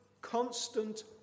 constant